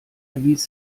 erwies